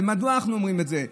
ומדוע אנחנו אומרים את זה?